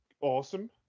awesome